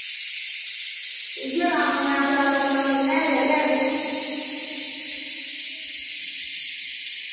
उऐ कम्म बनाई ओड़ेआ मंग्गनें उप्पर गै ध्याई ओड़ी